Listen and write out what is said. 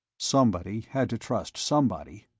somebody had to trust somebody.